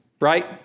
right